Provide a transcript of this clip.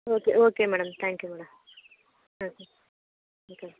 okay okay madam thank you madam thank you okay ma'am